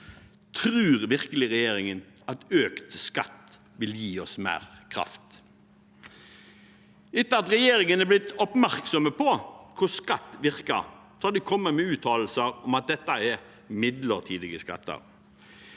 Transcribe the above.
Tror regjeringen virkelig at økt skatt vil gi oss mer kraft? Etter at regjeringen er blitt oppmerksom på hvordan skatt virker, har de kommet med uttalelser om at dette er midlertidige skatter.